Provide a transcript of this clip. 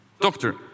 Doctor